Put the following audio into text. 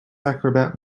acrobat